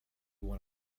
when